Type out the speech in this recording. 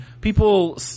people